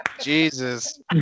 Jesus